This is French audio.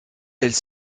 elles